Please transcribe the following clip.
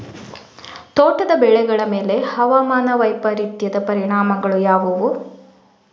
ತೋಟದ ಬೆಳೆಗಳ ಮೇಲೆ ಹವಾಮಾನ ವೈಪರೀತ್ಯದ ಪರಿಣಾಮಗಳು ಯಾವುವು?